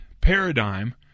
paradigm